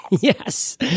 Yes